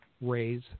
raise